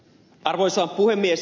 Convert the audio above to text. arvoisa puhemies